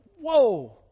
whoa